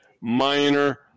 minor